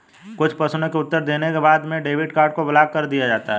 कुछ प्रश्नों के उत्तर देने के बाद में डेबिट कार्ड को ब्लाक कर दिया जाता है